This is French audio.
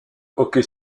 hockey